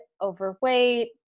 overweight